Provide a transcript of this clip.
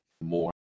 more